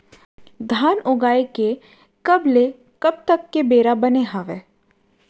धान उगाए के कब ले कब तक के बेरा बने हावय?